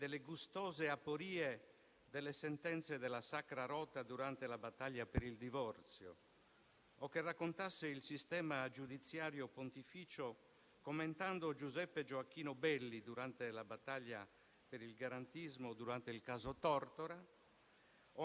Dalle grandi alle minute ingiustizie, la sua azione è stata instancabile, dentro e fuori il suo storico partito, per il quale fu deputato della Repubblica italiana nella VII, VIII, IX e X legislatura.